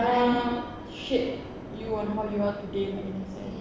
um shape you and how you are today